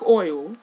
oil